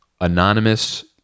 anonymous